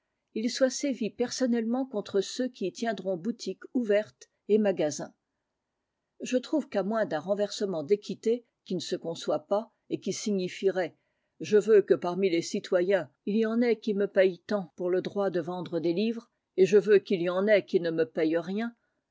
il soit sévi personnellement contre ceux qui y tiendront boutique ouverte et magasins je trouve qu'à moins d'un renversement d'équité qui ne se conçoit pas et qui signifierait je veux que parmi les citoyens il y en ait qui me payent tant pour le droit de vendre des livres et je veux qu'il y en ait qui ne me payent rien